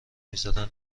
میذارن